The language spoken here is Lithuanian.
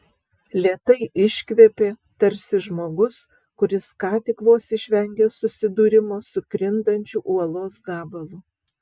lėtai iškvėpė tarsi žmogus kuris ką tik vos išvengė susidūrimo su krintančiu uolos gabalu